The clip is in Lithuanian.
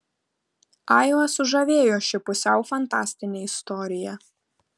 aivą sužavėjo ši pusiau fantastinė istorija